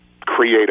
create